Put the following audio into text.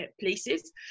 places